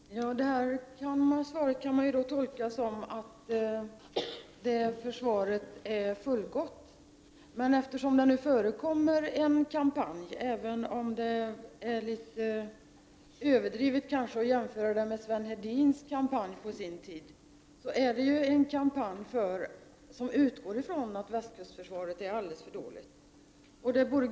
Herr talman! Ja, det här svaret kan ju tolkas som att försvaret är fullgott. Men det förekommer en kampanj, som utgår ifrån att västkustförsvaret är alltför dåligt, även om det kanske är litet överdrivet att jämföra med den kampanj som Sven Hedin bedrev på sin tid.